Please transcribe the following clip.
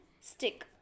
stick